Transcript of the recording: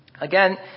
Again